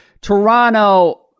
Toronto